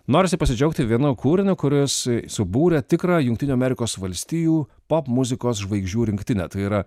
norisi pasidžiaugti vienu kūriniu kuris subūrė tikrą jungtinių amerikos valstijų popmuzikos žvaigždžių rinktinę tai yra